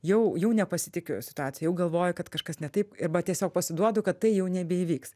jau jau nepasitikiu situacija jau galvoju kad kažkas ne taip arba tiesiog pasiduodu kad tai jau nebeįvyks